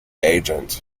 agent